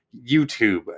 YouTube